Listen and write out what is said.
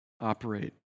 operate